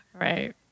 Right